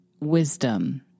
wisdom